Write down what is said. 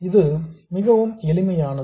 இது மிகவும் எளிமையானது